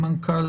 מנכ"ל